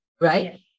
right